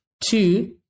Two